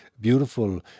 beautiful